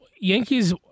Yankees